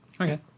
Okay